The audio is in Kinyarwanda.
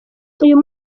uyu